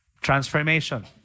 transformation